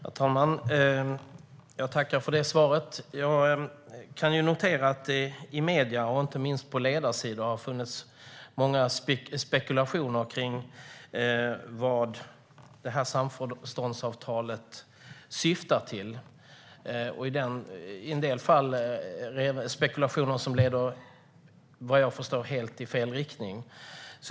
Herr talman! Jag tackar för det svaret. Jag kan notera att det i medierna, inte minst på ledarsidorna, har funnits många spekulationer kring vad samförståndsavtalet syftar till. I en del fall har det varit spekulationer som vad jag förstår leder i helt fel riktning.